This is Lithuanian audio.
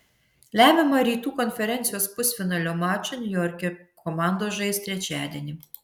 lemiamą rytų konferencijos pusfinalio mačą niujorke komandos žais trečiadienį